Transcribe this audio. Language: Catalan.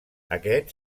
aquest